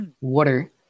Water